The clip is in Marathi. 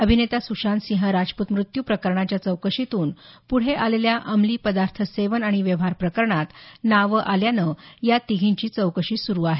अभिनेता सुशांतसिंह राजपूत मृत्यू प्रकरणाच्या चौकशीतून पुढे आलेल्या अंमली पदार्थ सेवन आणि व्यवहार प्रकरणात नावं आल्यानं या दोघींची चौकशी सुरू आहे